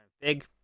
Big